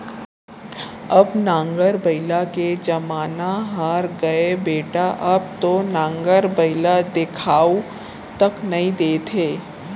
अब नांगर बइला के जमाना हर गय बेटा अब तो नांगर बइला देखाउ तक नइ देत हे